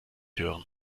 hören